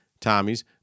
Tommy's